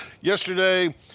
Yesterday